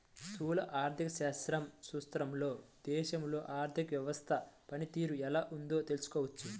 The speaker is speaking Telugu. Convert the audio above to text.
స్థూల ఆర్థిక శాస్త్రం సూత్రాలతో దేశంలో ఆర్థిక వ్యవస్థ పనితీరు ఎలా ఉందో తెలుసుకోవచ్చు